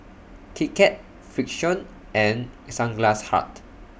Kit Kat Frixion and Sunglass Hut